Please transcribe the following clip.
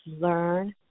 learn